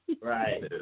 Right